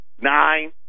nine